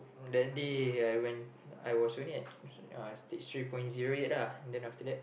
that day I went I was running at uh stage three point zero eight lah